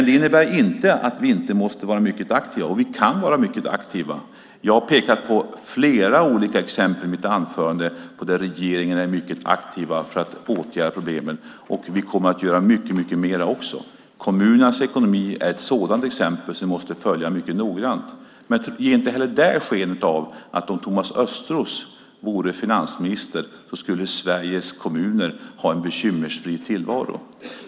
Det innebär inte att vi inte måste vara mycket aktiva, och vi kan vara mycket aktiva. Jag har pekat på flera olika exempel i mitt anförande på hur regeringen är mycket aktiv för att åtgärda problemen, och man kommer att göra mycket, mycket mer. Kommunernas ekonomi är ett sådant exempel som vi måste följa mycket noggrant. Men ge inte heller där skenet av att om Thomas Östros vore finansminister skulle Sveriges kommuner ha en bekymmersfri tillvaro.